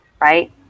Right